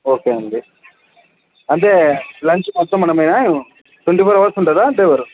okay అండీ అంటే lunch మొత్తం మనమేనా ట్వంటీ ఫోర్ అవర్స్ ఉంటాడా డ్రైవరు